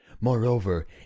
moreover